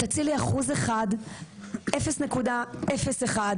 תצילי 1%. אפילו 0.01%,